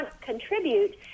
contribute